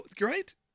right